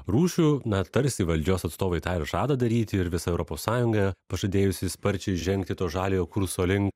rūšių na tarsi valdžios atstovai tą ir žada daryti ir visa europos sąjunga pažadėjusi sparčiai žengti to žaliojo kurso lin